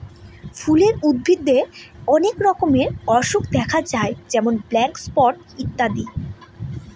ফুলের উদ্ভিদে অনেক রকমের অসুখ দেখা যায় যেমন ব্ল্যাক স্পট ইত্যাদি